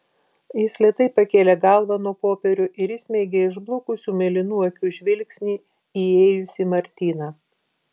jis lėtai pakėlė galvą nuo popierių ir įsmeigė išblukusių mėlynų akių žvilgsnį į įėjusį martyną